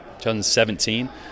2017